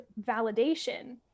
validation